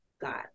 God